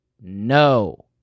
no